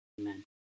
amen